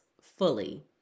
fully